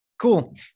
Cool